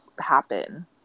happen